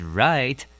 right